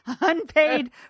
unpaid